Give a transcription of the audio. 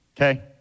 okay